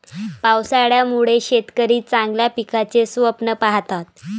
पावसाळ्यामुळे शेतकरी चांगल्या पिकाचे स्वप्न पाहतात